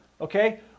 okay